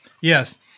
Yes